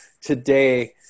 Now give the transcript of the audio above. today